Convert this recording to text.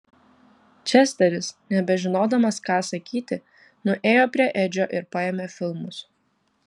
česteris nebežinodamas ką sakyti nuėjo prie edžio ir paėmė filmus